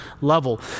level